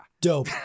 Dope